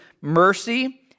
mercy